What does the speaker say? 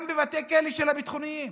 גם בבתי הכלא הביטחוניים,